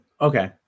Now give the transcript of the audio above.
Okay